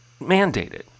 mandated